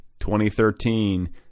2013